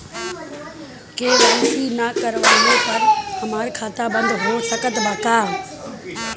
KYC ना करवाइला पर हमार खाता बंद हो सकत बा का?